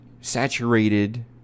saturated